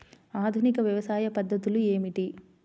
ఆధునిక వ్యవసాయ పద్ధతులు ఏమిటి?